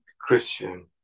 Christian